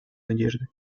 надежды